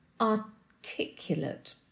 articulate